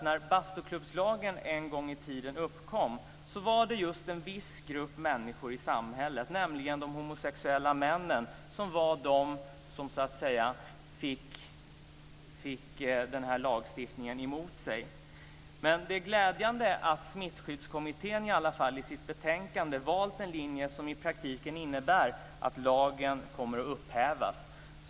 När bastuklubbslagen en gång i tiden uppkom var det en viss grupp människor i samhället, nämligen de homosexuella männen, som var de som så att säga fick lagstiftningen emot sig. Det är glädjande att Smittskyddskommittén i sitt betänkande valt en linje som i praktiken innebär att lagen kommer att upphävas.